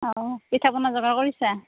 অঁ পিঠা পনা যোগাৰ কৰিছা